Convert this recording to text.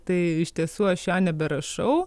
tai iš tiesų aš jo neberašau